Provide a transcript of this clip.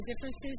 differences